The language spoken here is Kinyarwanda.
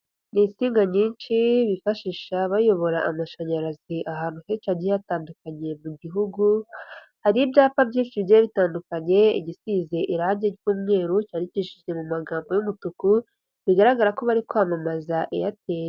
Ni insinga nyinshi bifashisha bayobora amashanyarazi ahantu henshi hagiye hatandukanye mu gihugu, hari ibyapa byinshi bigiye bitandukanye igisize irange ry'umweru cyandikishije mu magambo y'umutuku, bigaragara ko bari kwamamaza eyateli.